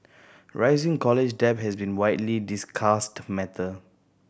rising college debt has been widely discussed matter